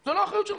זה לא אחריות שלך.